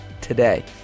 today